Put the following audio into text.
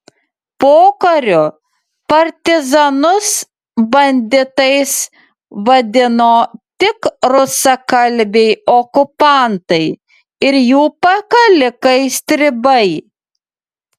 pokariu partizanus banditais vadino tik rusakalbiai okupantai ir jų pakalikai stribai